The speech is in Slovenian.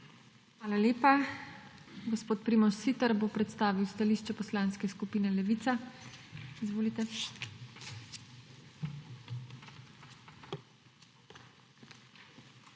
Hvala lepa. Gospod Primož Siter bo predstavil stališče Poslanske skupine Levica. Izvolite.